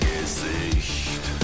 Gesicht